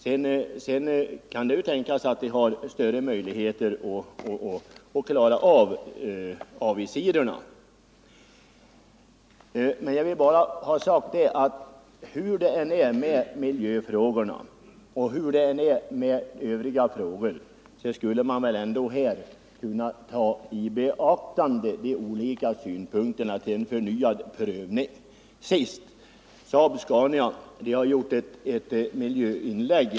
Det kan också tänkas att möjligheterna att klara avvigsidorna ökas. Jag vill bara ha sagt att hur det än förhåller sig med miljöfrågorna och övriga frågor borde väl de olika synpunkterna kunna tas i beaktande vid en förnyad prövning. Saab-SCANIA har gjort ett miljöinlägg.